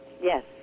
Yes